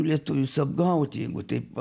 lietuvius apgauti jeigu taip va